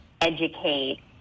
educate